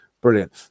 brilliant